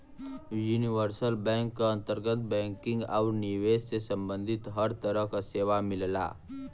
universal bank क अंतर्गत banking आउर निवेश से सम्बंधित हर तरह क सेवा मिलला